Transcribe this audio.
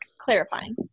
clarifying